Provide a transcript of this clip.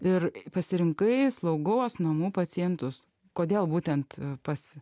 ir pasirinkai slaugos namų pacientus kodėl būtent pas